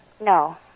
No